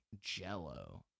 jello